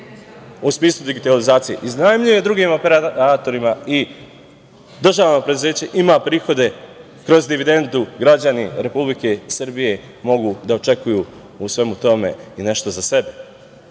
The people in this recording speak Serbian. u smislu digitalizacije, iznajmljuje drugim operatorima i državno preduzeće ima prihode kroz dividendu građani Republike Srbije mogu da očekuju u svemu tome i nešto za sebe.